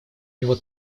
него